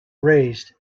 raised